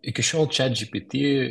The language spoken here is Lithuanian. iki šiol chatgpt